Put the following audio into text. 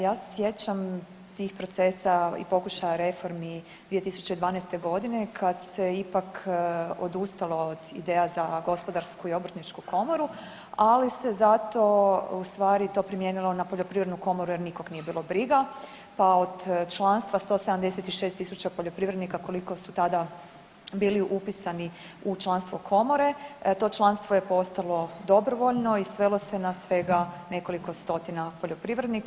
Ja se sjećam tih procesa i pokušaja reformi 2012. godine kad se ipak odustalo od ideja za Gospodarsku i Obrtničku komoru, ali se zato u stvari to primijenilo na Poljoprivrednu komoru jer nikog nije bilo briga, pa od članstva 176000 poljoprivrednika koliko su tada bili upisani u članstvo Komore to članstvo je postalo dobrovoljno i svelo se na svega nekoliko stotina poljoprivrednika.